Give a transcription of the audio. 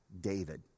David